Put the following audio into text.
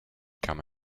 come